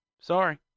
Sorry